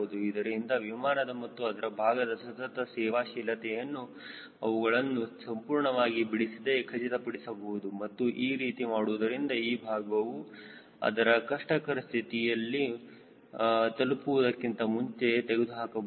ಇದರಿಂದ ವಿಮಾನದ ಮತ್ತು ಅದರ ಭಾಗದ ಸತತ ಸೇವಾಶೀಲತೆಯನ್ನು ಅವುಗಳನ್ನು ಸಂಪೂರ್ಣವಾಗಿ ಬಿಡಿಸದೆ ಖಚಿತಪಡಿಸಬಹುದು ಮತ್ತು ಈ ರೀತಿ ಮಾಡುವುದರಿಂದ ಆ ಭಾಗವು ಅದರ ಕಷ್ಟಕರ ಸ್ಥಿತಿಯನ್ನು ತಲುಪುವುದಕ್ಕೆ ಮುಂಚೆ ತೆಗೆದುಹಾಕಬಹುದು